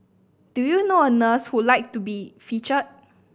do you know a nurse who like to be featured